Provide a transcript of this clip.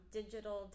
digital